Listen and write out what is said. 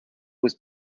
was